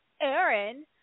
Aaron